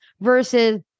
versus